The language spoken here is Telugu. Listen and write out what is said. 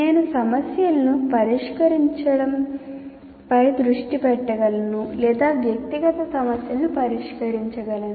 నేను సమస్యలను పరిష్కరించడంపై దృష్టి పెట్టగలను లేదా వ్యక్తిగత సమస్యలను పరిష్కరించగలను